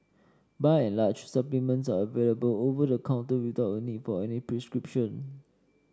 by and large supplements are available over the counter without a need for any prescription